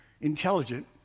intelligent